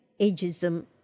ageism